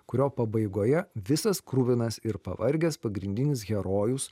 kurio pabaigoje visas kruvinas ir pavargęs pagrindinis herojus